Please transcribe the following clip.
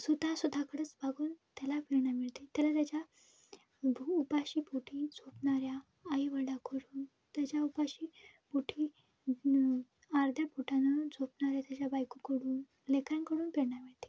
स्वतः स्वतःकडंच बघून त्याला प्रेरणा मिळते त्याला त्याच्या भ उपाशीपोटी झोपणाऱ्या आईवडिलाकडून त्याच्या उपाशी पोटी आर्ध्यापोटानी झोपणाऱ्या त्याच्या बायकोकडून लेकरांकडून प्रेरणा मिळते